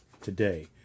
today